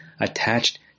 attached